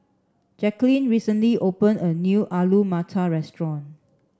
Jacqueline recently opened a new Alu Matar restaurant